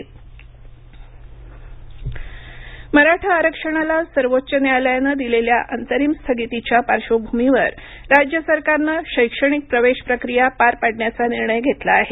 प्रवेश महाराष्ट्र मराठा आरक्षणाला सर्वोच्च न्यायालयानं दिलेल्या अंतरिम स्थगितीच्या पार्श्वभूमीवर राज्य सरकारनं शैक्षणिक प्रवेश प्रक्रिया पार पाडण्याचा निर्णय घेतला आहे